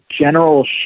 general